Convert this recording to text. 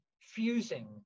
fusing